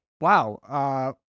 Wow